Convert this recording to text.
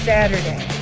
Saturday